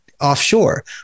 offshore